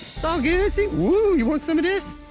it's all good. see? whoo, you want some of this?